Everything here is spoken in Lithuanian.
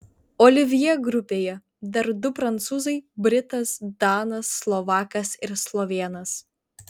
olivjė grupėje dar du prancūzai britas danas slovakas ir slovėnas